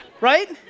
Right